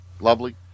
lovely